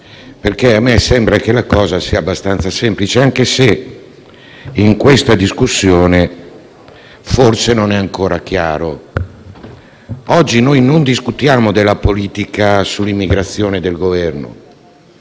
perché a me sembra che la questione sia abbastanza semplice. Anche se in questa discussione forse non è ancora chiaro che oggi noi non discutiamo della politica sull'immigrazione del Governo: